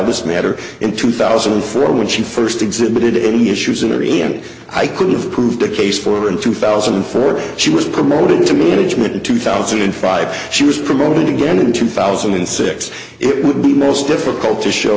this matter in two thousand and four when she first exhibited any issues in a hurry and i could have proved the case for in two thousand and four she was promoted to management in two thousand and five she was promoted again in two thousand and six it would be most difficult to show